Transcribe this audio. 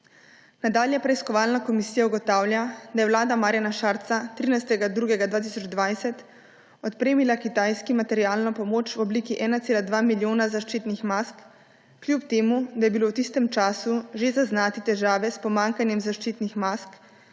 Nadalje preiskovalna komisija ugotavlja, da je vlada Marjana Šarca 13. 2. 2020 odpremila Kitajski materialno pomoč v obliki 1,2 milijona zaščitnih mask, kljub temu da je bilo v tistem času že zaznati težave s pomanjkanjem zaščitnih mask,